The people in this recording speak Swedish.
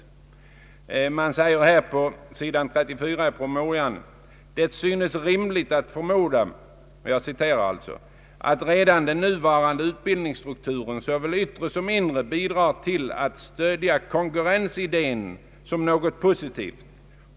På s. 34 i promemorian sägs följande: ”Det synes rimligt att förmoda att redan den nuvarande utbildningsstrukturen, såväl yttre som inre, bidrar till att stödja konkurrensidén såsom något positivt.